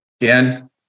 Again